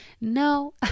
No